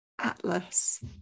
atlas